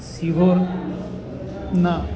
શિહોર ના